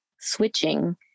switching